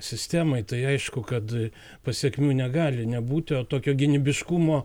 sistemai tai aišku kad pasekmių negali nebūti o tokio gynybiškumo